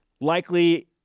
likely